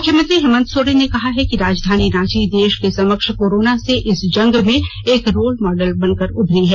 मुख्यमंत्री हेमन्त सोरेन ने कहा है कि राजधानी राँची देश के समक्ष कोरोना से इस जंग में एक रोल मॉडल बन कर उभरी है